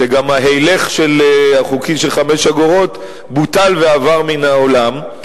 שגם ההילך החוקי של חמש אגורות בוטל ועבר מן העולם,